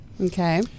Okay